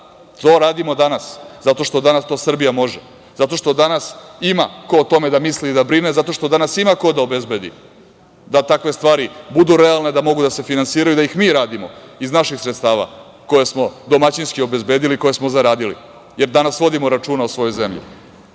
to radimo danas, zato što danas to Srbija može, zato što danas ima ko o tome da misli i da brine, zato što danas ima ko da obezbedi da takve stvari budu realne, da mogu da se finansiraju, da ih mi radimo, iz naših sredstava, koja smo domaćinski obezbedili i koja smo zaradili. Jer, danas vodimo računa o svojoj zemlji.